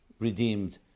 redeemed